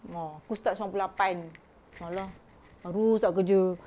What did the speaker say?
ah aku start sembilan puluh lapan ah lah baru start kerja